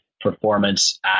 performance